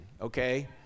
okay